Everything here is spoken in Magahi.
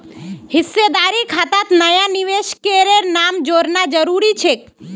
हिस्सेदारी खातात नया निवेशकेर नाम जोड़ना जरूरी छेक